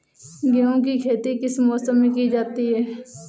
गेहूँ की खेती किस मौसम में की जाती है?